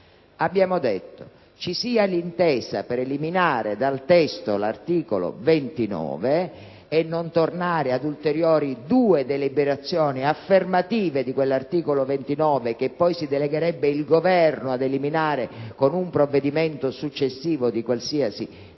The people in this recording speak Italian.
Abbiamo detto: ci sia l'intesa per eliminare dal testo l'articolo 29 e non tornare ad ulteriori due deliberazioni affermative di quell'articolo 29, che poi si delegherebbe il Governo ad eliminare con un provvedimento successivo di qualsiasi